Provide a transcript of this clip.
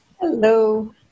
Hello